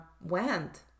went